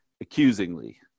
accusingly